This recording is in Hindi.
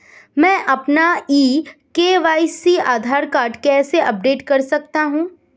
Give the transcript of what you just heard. मैं अपना ई के.वाई.सी आधार कार्ड कैसे अपडेट कर सकता हूँ?